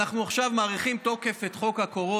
אנחנו עכשיו מאריכים את תוקפו של חוק הקורונה,